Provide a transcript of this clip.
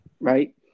right